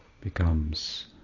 becomes